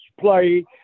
play